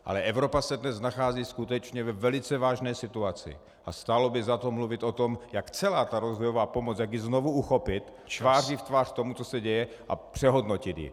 Ale Evropa se dnes nachází skutečně ve velice vážné situaci a stálo by za to mluvit o tom, jak celá ta rozvojová pomoc, jak ji znovu uchopit tváří v tvář tomu, co se děje, a přehodnotit ji.